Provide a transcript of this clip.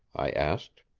i asked.